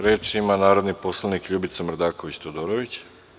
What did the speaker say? Reč ima narodni poslanik Ljubica Mrdaković Todorović.